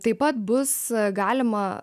taip pat bus galima